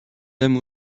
dame